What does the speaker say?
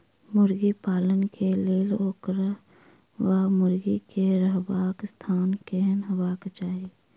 मुर्गी पालन केँ लेल ओकर वा मुर्गी केँ रहबाक स्थान केहन हेबाक चाहि?